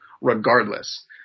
regardless